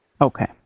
Okay